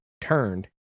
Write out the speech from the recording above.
turned